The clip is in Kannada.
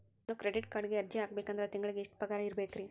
ನಾನು ಕ್ರೆಡಿಟ್ ಕಾರ್ಡ್ಗೆ ಅರ್ಜಿ ಹಾಕ್ಬೇಕಂದ್ರ ತಿಂಗಳಿಗೆ ಎಷ್ಟ ಪಗಾರ್ ಇರ್ಬೆಕ್ರಿ?